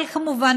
אבל כמובן,